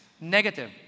Negative